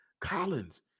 Collins